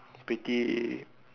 pretty